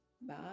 Bye